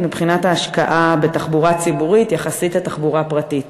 מבחינת ההשקעה בתחבורה ציבורית יחסית לתחבורה פרטית.